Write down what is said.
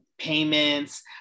payments